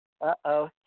Uh-oh